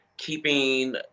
keeping